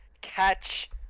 catch